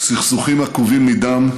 סכסוכים עקובים מדם,